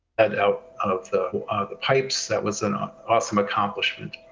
and out of the pipes. that was an ah awesome accomplishment.